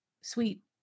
sweet